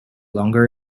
longer